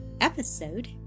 Episode